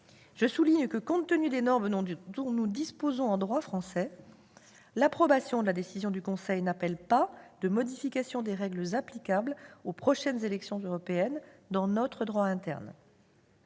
Je souligne que, compte tenu des normes dont nous disposons en droit français, l'approbation de la décision du Conseil n'appelle pas de modification des règles applicables aux prochaines élections européennes dans notre droit interne.